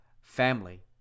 family